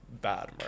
bad